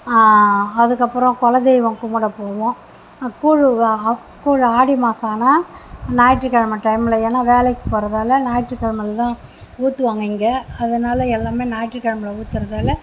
அதுக்கப்புறம் குலதெய்வம் கும்பிட போவோம் கூழு கூழு ஆடி மாதம் ஆனால் ஞாயிற்றுக்கிழம டைமில் ஏன்னா வேலைக்குப் போகிறதால ஞாயிற்றுக்கிழம ஊற்றுவாங்க இங்கே அதனால எல்லாமே ஞாயிற்றுக்கிழம ஊற்றுறதால